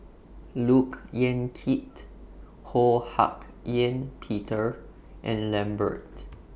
Look Yan Kit Ho Hak Ean Peter and Lambert